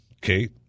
Kate